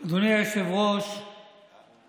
הם החדירו לנו